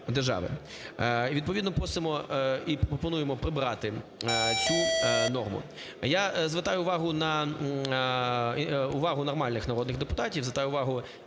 відповідно просимо і пропонуємо прибрати цю норму. Я звертаю увагу на… увагу нормальних народних депутатів, звертаю увагу